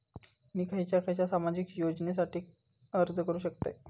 मी खयच्या खयच्या सामाजिक योजनेसाठी अर्ज करू शकतय?